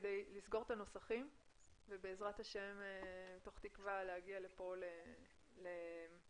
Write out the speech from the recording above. כדי לסגור את הנוסחים מתוך תקווה להגיע לפה להצבעה.